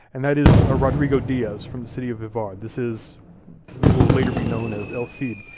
and that is ah rodrigo diaz, from the city of vivar. this is who will later be known as el cid.